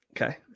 Okay